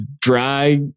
dry